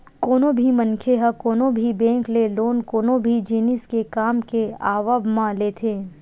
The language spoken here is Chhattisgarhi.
कोनो भी मनखे ह कोनो भी बेंक ले लोन कोनो भी जिनिस के काम के आवब म लेथे